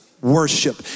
worship